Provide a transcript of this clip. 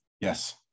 yes